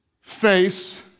face